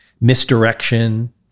misdirection